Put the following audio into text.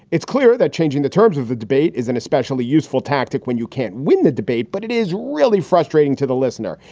it's clear that changing the terms of the debate is an especially useful tactic when you can't win the debate. but it is really frustrating to the listener.